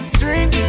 drink